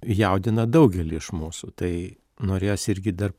jaudina daugelį iš mūsų tai norėjosi irgi dar